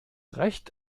recht